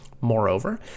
Moreover